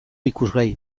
ikusgai